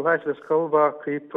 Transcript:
laisvės kalvą kaip